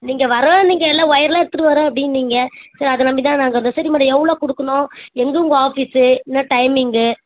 நீங்கள் வரோம் நீங்கள் எல்லாம் ஒயரெலாம் எடுத்துகிட்டு வரேன் அப்படின்னீங்க சரி அதை நம்பிதான் நாங்கள் வந்தோம் சரி மேடம் எவ்வளோ கொடுக்கணும் எங்கே உங்கள் ஆஃபிஸு என்ன டைமிங்கு